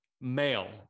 male